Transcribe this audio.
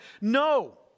No